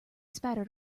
spattered